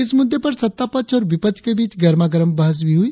इस मुद्दे पर सत्तापक्ष और विपक्ष के बीच गर्मागरम बहस भी हुई